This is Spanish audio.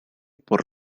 por